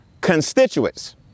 constituents